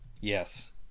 yes